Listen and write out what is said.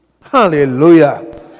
Hallelujah